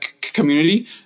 community